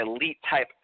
elite-type